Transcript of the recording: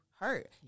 hurt